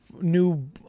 new